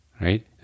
right